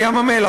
בים-המלח,